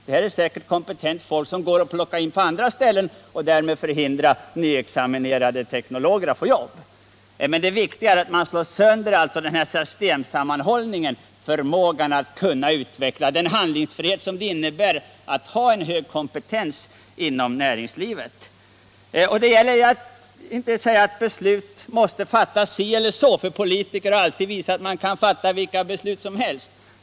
Det är säkert kompetent folk, som går att plocka in på andra ställen — och därmed hindrar man nyexaminerade tekniker från att få jobb. Men det viktiga är att man — genom att skära ner på detta sätt — slår sönder den här systemsammanhållningen, förmågan att kunna utveckla, den handlingsfrihet som det innebär att ha en hög kompetens inom en industri. Politiker har alltid visat att man kan fatta vilka beslut som helst.